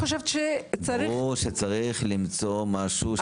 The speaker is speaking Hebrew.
ברור שצריך למצוא משהו.